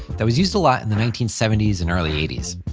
that was used a lot in the nineteen seventy s and early eighty s,